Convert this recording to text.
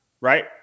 Right